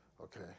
Okay